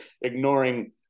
ignoring